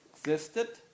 existed